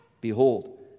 Behold